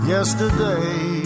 Yesterday